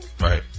Right